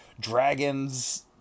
dragons